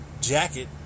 jacket